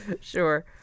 Sure